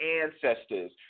ancestors